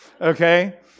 okay